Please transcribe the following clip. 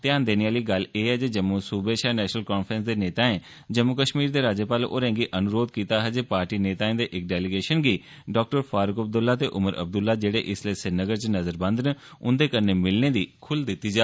ध्यान देने आहली गल्ल ए ऐ जे जम्मू सूबे शा नैशनल कांफ़ेस दे नेतायें जम्मू कश्मीर दे राज्यपाल होरेंगी अनुरोध कीता हा जे पार्टी नेतायें दे इक डैलिगेशन गी डा फारूक अब्दुल्ला ते उमर अब्दुल्ला जेहड़े इस्लै श्रीनगर च नजरबंद न कन्ने मिलने दी खुल्ल दित्ती जा